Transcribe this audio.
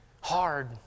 hard